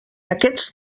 aquests